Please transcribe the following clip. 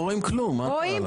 זה.